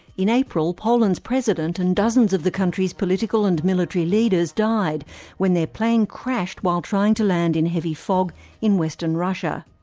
in april, poland's president and dozens of the country's political and military leaders died when their plane crashed while trying to land in heavy fog in western russia.